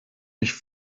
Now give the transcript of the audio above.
mich